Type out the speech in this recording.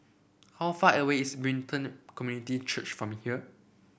how far away is Brighton Community Church from here